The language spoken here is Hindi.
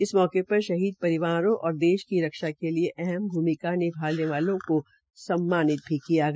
इस मौके पर शहीद परिवारों और देश की रक्षा के लिए अहम भ्रमिका निभाने वालों को सम्मानित किया गया